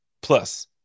Plus